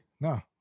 No